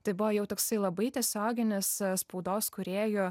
tai buvo jau toksai labai tiesioginis spaudos kūrėjų